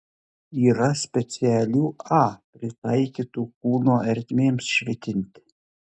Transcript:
yra specialių a pritaikytų kūno ertmėms švitinti